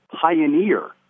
pioneer